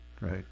Right